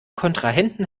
kontrahenten